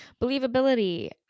believability